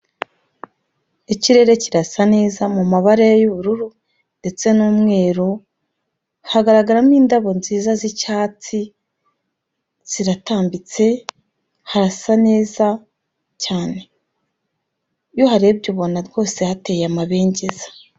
Ikirere kirasa neza mu mabara y'ubururu ndetse n'umweru, hagaragaramo indabo nziza z'icyatsi, ziratambitse harasa neza cyane. Iyo uharebye ubona rwose hateye amabengeza.